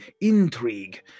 intrigue